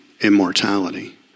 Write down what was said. immortality